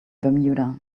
bermuda